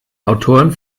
autoren